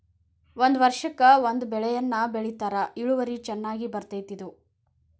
ಒಂದ ವರ್ಷಕ್ಕ ಒಂದ ಬೆಳೆಯನ್ನಾ ಬೆಳಿತಾರ ಇಳುವರಿ ಚನ್ನಾಗಿ ಬರ್ತೈತಿ ಇದು